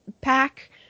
pack